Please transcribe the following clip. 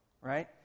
right